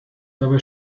dabei